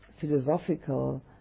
philosophical